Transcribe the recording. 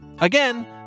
Again